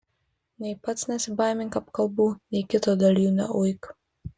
nei pats nesibaimink apkalbų nei kito dėl jų neuik